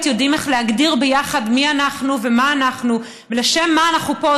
יודעים איך להגדיר ביחד מי אנחנו ומה אנחנו ולשם מה אנחנו פה,